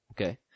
Okay